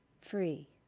free